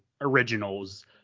originals